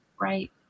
Right